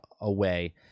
away